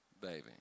baby